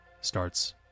starts